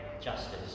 justice